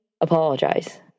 apologize